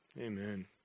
Amen